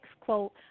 quote